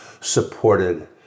supported